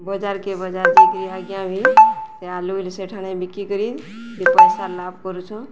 ବଜାରକେ ବଜାର ଦେଇକରି ଆଜ୍ଞା ବି ଆଲୁଇରେ ସେଠମାନେ ବିକି କରି ବି ପଇସା ଲାଭ କରୁଛନ୍ଁ